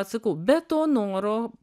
sakau be to noro